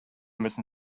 müssen